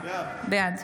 בעד